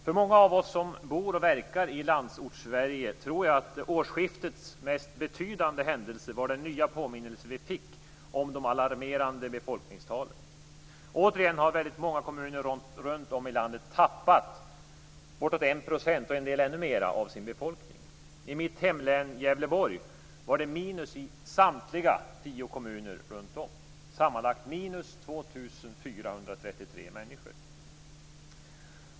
För många av oss som bor och verkar i Landsortssverige tror jag att årsskiftets mest betydande händelse var den nya påminnelse vi fick om de alarmerande befolkningstalen. Återigen har väldigt många kommuner runtom i landet tappat bortåt 1 %, och en del ännu mer, av sin befolkning. I mitt hemlän Gävleborg var det minus i samtliga tio kommuner, sammanlagt minus 2 433 människor.